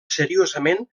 seriosament